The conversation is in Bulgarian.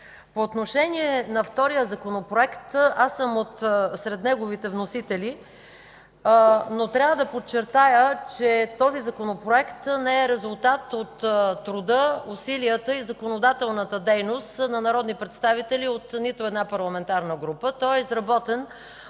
По отношение на втория Законопроект, аз съм сред неговите вносители, но трябва да подчертая, че той не е резултат от труда, усилията и законодателната дейност на народни представители от нито една парламентарна група. Той е изработен